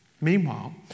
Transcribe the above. Meanwhile